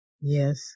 Yes